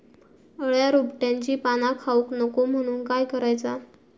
अळ्या रोपट्यांची पाना खाऊक नको म्हणून काय करायचा?